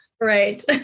Right